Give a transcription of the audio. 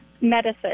medicine